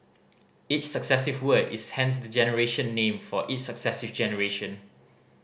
each successive word is hence the generation name for each successive generation